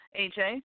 AJ